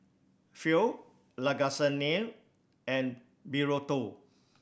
Pho Lasagne and Burrito